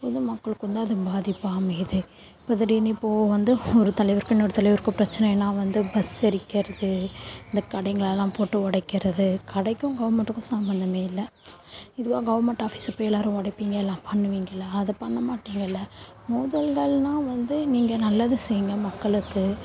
பொது மக்களுக்குந்தான் அது பாதிப்பாக அமையுது இப்போ திடீரென்னு இப்போது வந்து ஒரு தலைவருக்கும் இன்னொரு தலைவருக்கும் பிரச்சினைன்னா வந்து பஸ்ஸை எரிக்கிறது இந்த கடைங்களெல்லாம் போட்டு உடைக்கறது கடைக்கும் கவர்மெண்டுக்கும் சம்பந்தமே இல்லை இதுவாக கவர்மெண்ட் ஆஃபீஸ்சுக்கு போய் எல்லாேரும் உடைப்பிங்களா பண்ணுவீங்களா அதை பண்ண மாட்டிங்கள்லே மோதல்கள்னால் வந்து நீங்கள் நல்லது செய்யுங்க மக்களுக்கு